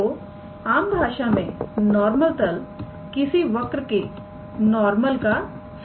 तो आम भाषा में नॉर्मल तल किसी वक्र के नॉर्मल का सामान्य करण है